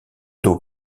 d’eau